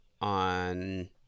on